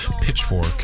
Pitchfork